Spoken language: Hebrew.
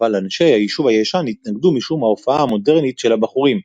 אבל אנשי היישוב הישן התנגדו משום ההופעה המודרנית של הבחורים,